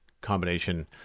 combination